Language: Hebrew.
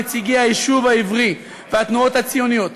נציגי היישוב העברי והתנועות הציוניות,